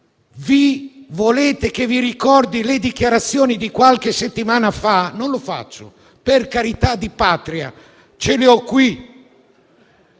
volete che vi ricordi le dichiarazioni di qualche settimana fa? Non lo faccio, per carità di Patria, ce le ho qui.